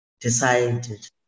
decided